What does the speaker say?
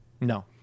No